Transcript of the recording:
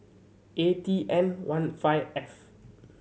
A T N one five F